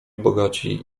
bogaci